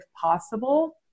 possible